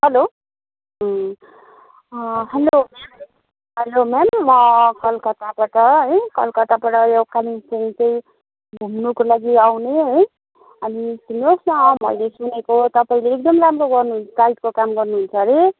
hello hello ma'am hello ma'am म कलकत्ताबाट है कलकत्ताबाट यो कालिम्पोङ चाहिँ घुम्नुको लागि आउने है अनि सुन्नुहोस् न मैले सुनेको तपाईँले एकदम राम्रो गर्नुहुन् गाइडको काम गर्नुहुन्छ हरे